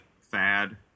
fad